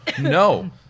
No